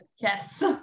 Yes